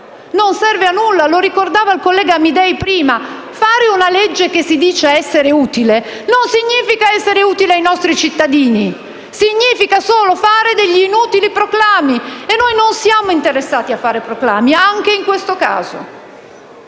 Non serve a nulla. Lo ricordava il collega Amidei prima: fare una legge che si dice essere utile non significa che sia utile ai nostri cittadini; significa solo fare inutili proclami e noi non siamo interessati a fare proclami, neanche in questo caso.